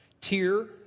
tier